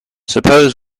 suppose